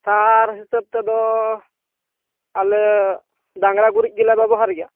ᱥᱟᱨ ᱦᱤᱥᱟᱹᱵᱽ ᱛᱮᱫᱚ ᱟᱞᱮ ᱰᱟᱝᱨᱟ ᱜᱩᱨᱤᱡ ᱜᱮᱞᱮ ᱵᱮᱵᱚᱦᱟᱨ ᱜᱮᱭᱟ